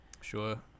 Sure